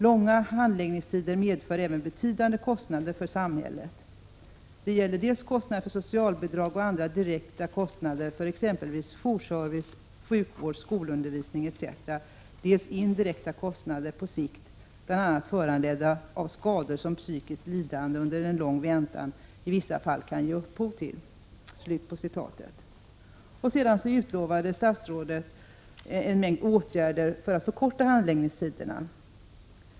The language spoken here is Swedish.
Långa handläggningstider medför även betydande kostnader för samhället. Det gäller dels kostnader för socialbidrag och andra direkta kostnader för exempelvis jourservice, sjukvård, skolundervisning etc., dels indirekta kostnader på sikt, bl.a. föranledda av skador som psykiskt lidande under en lång väntan i vissa fall kan ge upphov till.” Sedan utlovade statsrådet en mängd åtgärder för att förkorta handläggningstiderna.